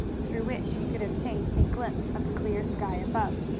through which he could obtain a glimpse of the clear sky above.